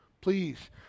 Please